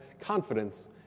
confidence